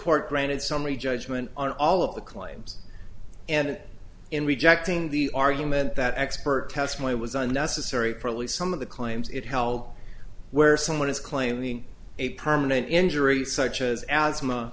court granted summary judgment on all of the claims and in rejecting the argument that expert testimony was unnecessary probably some of the claims it held where someone is claiming a permanent injury such as asthma